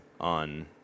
on